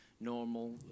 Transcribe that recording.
normal